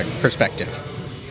perspective